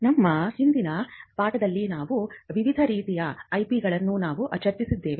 ನಮ್ಮ ಹಿಂದಿನ ಪಾಠಗಳಲ್ಲಿ ನಾವು ವಿವಿಧ ರೀತಿಯ ಐಪಿಗಳನ್ನು ನಾವು ಚರ್ಚಿಸಿದ್ದೇವೆ